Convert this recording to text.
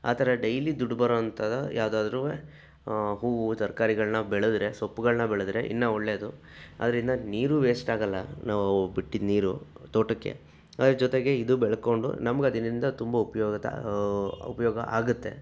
ಆ ಥರ ಡೈಲಿ ದುಡ್ಡು ಬರುವಂಥ ಯಾವ್ದಾದ್ರೂ ಹೂವು ತರ್ಕಾರಿಗಳನ್ನ ಬೆಳೆದ್ರೆ ಸೊಪ್ಪುಗಳನ್ನ ಬೆಳೆದ್ರೆ ಇನ್ನೂ ಒಳ್ಳೆಯದು ಅದರಿಂದ ನೀರು ವೇಸ್ಟ್ ಆಗಲ್ಲ ನಾವು ಬಿಟ್ಟಿದ್ ನೀರು ತೋಟಕ್ಕೆ ಅದರ ಜೊತೆಗೆ ಇದು ಬೆಳ್ಕೊಂಡು ನಮಗೆ ಅದರಿಂದ ತುಂಬ ಉಪಯೋಗ ಉಪಯೋಗ ಆಗತ್ತೆ